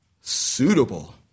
Suitable